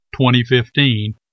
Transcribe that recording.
2015